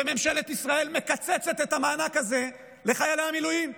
וממשלת ישראל מקצצת את המענק הזה לחיילי המילואים,